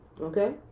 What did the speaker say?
Okay